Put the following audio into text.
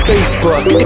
Facebook